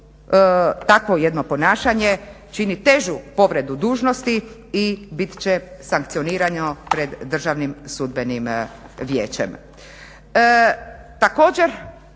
takvo jedno ponašanje čini težu povredu dužnosti i bit će sankcionirano pred Državnim sudbenim vijećem.